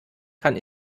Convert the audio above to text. kann